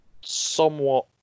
somewhat